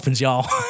y'all